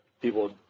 people